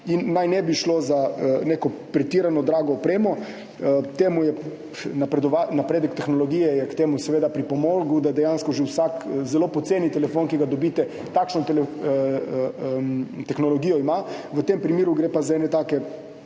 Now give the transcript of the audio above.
naj ne bi šlo za neko pretirano drago opremo. Napredek tehnologije je k temu seveda pripomogel, da ima dejansko že vsak zelo poceni telefon, ki ga dobite, takšno tehnologijo. V tem primeru gre pa za neke take